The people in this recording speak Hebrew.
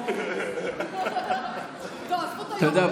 היו"ר --- אתה יודע,